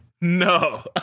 No